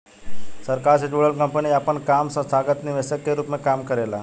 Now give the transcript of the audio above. सरकार से जुड़ल कंपनी आपन काम संस्थागत निवेशक के रूप में काम करेला